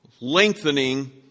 lengthening